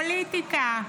פוליטיקה.